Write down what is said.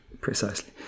precisely